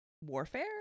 warfare